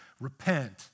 Repent